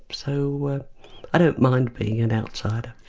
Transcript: so i don't mind being an outsider.